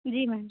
जी ma'am